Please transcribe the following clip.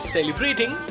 Celebrating